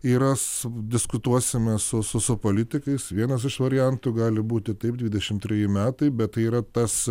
yra su diskutuosime su su su politikais vienas iš variantų gali būti taip dvidešimt treji metai bet tai yra tas